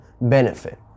benefit